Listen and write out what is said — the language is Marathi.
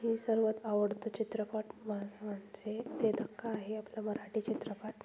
ही सर्वात आवडतं चित्रपट माझं म्हणजे दे धक्का आहे आपलं मराठी चित्रपट